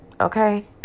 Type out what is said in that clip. okay